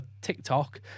TikTok